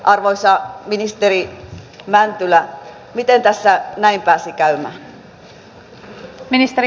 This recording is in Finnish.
arvoisa ministeri mäntylä miten tässä näin pääsi käymään